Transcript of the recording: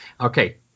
Okay